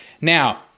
Now